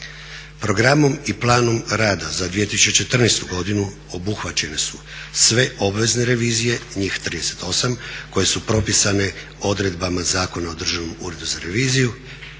Programom i planom rada za 2014. godinu obuhvaćene su sve obvezne revizije, njih 38, koje su propisane odredbama Zakona o Državnom uredu za reviziju